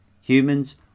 Humans